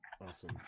Awesome